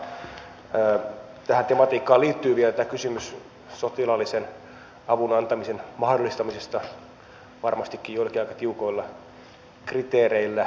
tähän tematiikkaan liittyy vielä tämä kysymys sotilaallisen avun antamisen mahdollistamisesta varmastikin joillakin aika tiukoilla kriteereillä ja harkinnalla